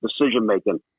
decision-making